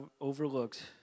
overlooked